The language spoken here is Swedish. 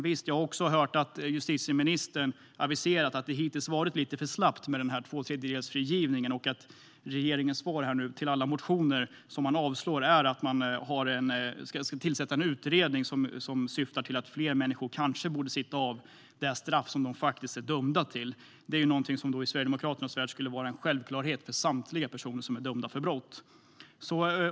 Visst, jag har också hört justitieministern säga att det hittills varit lite för slappt med tvåtredjedelsfrigivningen. Regeringens svar nu på alla motioner som man avslår är att man ska tillsätta en utredning som syftar till att fler människor kanske ska sitta av det straff som de faktiskt är dömda till. Det är något som i Sverigedemokraternas värld skulle vara en självklarhet för samtliga personer som är dömda för brott.